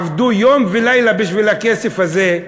עבדו יום ולילה בשביל הכסף הזה.